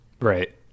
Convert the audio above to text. right